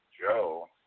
Joe